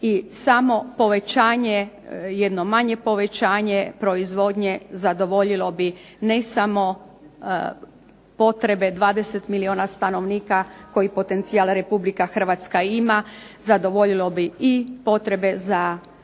i samo povećanje jedno manje povećanje, proizvodnje zadovoljilo bi ne samo potrebe 20 milijuna stanovnika koje potencijal Republika Hrvatska ima, zadovoljilo bi potrebe za